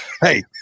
Hey